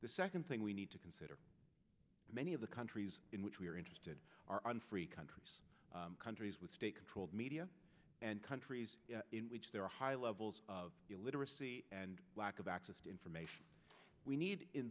the second thing we need to consider many of the countries in which we are interested are in free countries countries with state controlled media and countries in which there are high levels of illiteracy and lack of access to information we need in